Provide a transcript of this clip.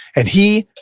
and he,